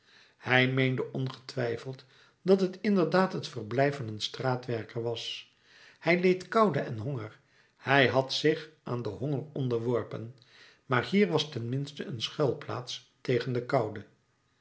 hij meende ongetwijfeld dat het inderdaad het verblijf van een straatwerker was hij leed koude en honger hij had zich aan den honger onderworpen maar hier was ten minste een schuilplaats tegen de koude